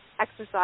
exercise